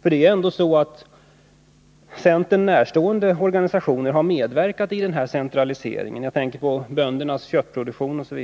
skrivning. Centern närstående organisationer har dock medverkat i denna centralisering — jag tänker bl.a. på böndernas köttproduktion.